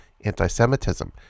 anti-Semitism